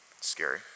Scary